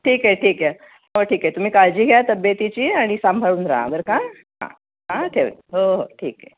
ठीक आहे ठीक आहे हो ठीक आहे तुम्ही काळजी घ्या तब्येतीची आणि सांभाळून राहा बरं का हां हां ठेवते हो हो ठीक आहे